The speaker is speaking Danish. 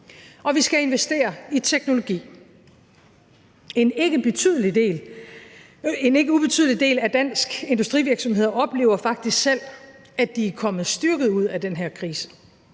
og vi skal investere i teknologi. En ikke ubetydelig del af danske industrivirksomheder oplever faktisk selv, at de er kommet styrket ud af den her krise,